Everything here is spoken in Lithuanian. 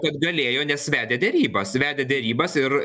kad galėjo nes vedė derybas vedė derybas ir